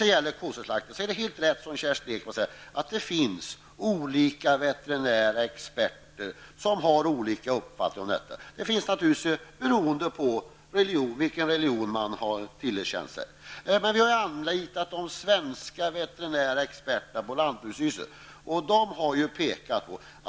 Beträffande koscherslakt är det helt riktigt som Kerstin Ekman säger att olika veterinärexperter har olika uppfattningar, naturligtvis beroende på vilken religion man bekänner sig till. Men vi har anlitat de svenska veterinärexperterna på lantbruksstyrelsen.